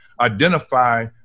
Identify